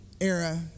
era